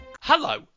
Hello